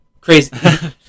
Crazy